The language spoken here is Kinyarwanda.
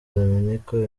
dominique